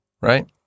right